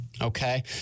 okay